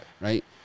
right